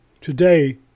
Today